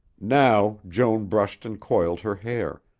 now, joan brushed and coiled her hair,